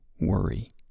worry